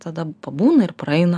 tada pabūna ir praeina